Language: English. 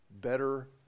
better